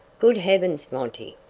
good heavens, monty,